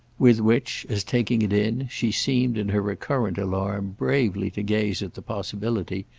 with which, as, taking it in, she seemed, in her recurrent alarm, bravely to gaze at the possibility,